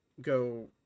go